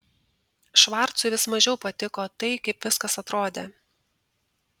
švarcui vis mažiau patiko tai kaip viskas atrodė